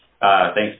thanks